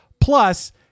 plus